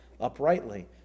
uprightly